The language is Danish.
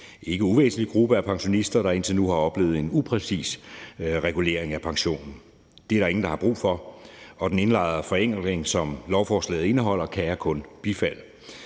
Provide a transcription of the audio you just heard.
ikke uvæsentlig, gruppe af pensionister, der indtil nu har oplevet en upræcis regulering af pensionen. Det er der ingen der har brug for, og den indlejrede forenkling, som lovforslaget indeholder, kan jeg kun bifalde.